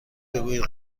بگویید